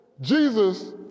Jesus